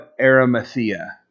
arimathea